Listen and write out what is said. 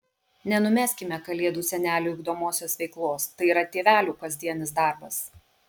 nenumeskime kalėdų seneliui ugdomosios veiklos tai yra tėvelių kasdienis darbas